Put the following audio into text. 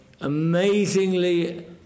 amazingly